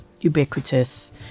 ubiquitous